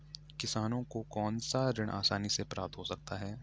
किसानों को कौनसा ऋण आसानी से प्राप्त हो सकता है?